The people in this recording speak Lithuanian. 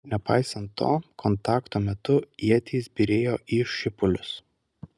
nepaisant to kontakto metu ietys byrėjo į šipulius